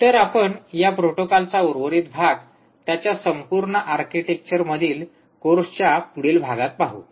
तर आपण या प्रोटोकॉलचा उर्वरित भाग त्याच्या संपूर्ण आर्किटेक्चरमधील कोर्सच्या पुढील भागात पाहू